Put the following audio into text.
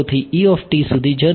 તેથી તે થી સુધી જરૂરી છે